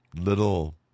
little